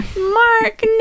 Mark